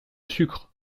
sucre